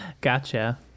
Gotcha